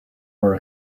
were